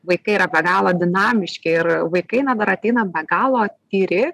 vaikai yra be galo dinamiški ir vaikai na dar ateina be galo tyri